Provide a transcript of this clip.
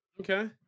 Okay